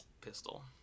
pistol